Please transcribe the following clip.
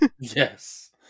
Yes